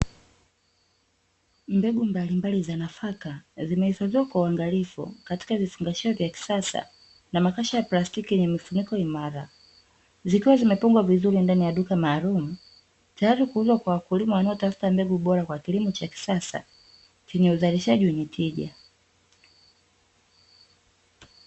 Mbegu mbalimbali za nafaka, zimehifadhiwa kwa uangalifu katika vifungashio vya kisasa na makasha ya plastiki yenye mifuniko imara. Zikiwa zimepangwa vizuri ndani ya duka maalumu, tayari kuuzwa kwa wakulima wanaotafuta mbegu bora kwa kilimo cha kisasa chenye uzalishaji wenye tija.